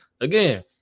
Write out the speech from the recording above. again